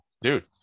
dude